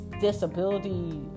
disability